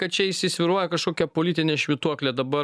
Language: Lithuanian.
kad čia įsisvyruoja kažkokia politinė švytuoklė dabar